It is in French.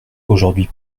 aujourd’hui